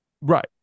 Right